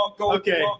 Okay